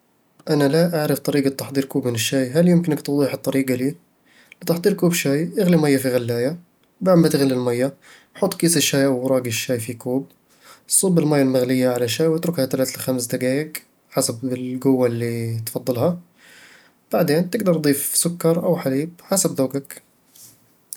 أنا لا أعرف طريقة تحضير كوبٍ من الشاي. هل يمكنك توضيح الطريقة لي؟ لتحضير كوب شاي، اغلي مية في غلاية بعد ما تغلي المية، حط كيس الشاي أو أوراق الشاي في كوب صب المية المغلية على الشاي واتركها لمدة ثلاث الى خمسة دقايق حسب القوة اللي تفضلها. بعدين، تقدر تضيف سكر أو حليب حسب ذوقك